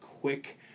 quick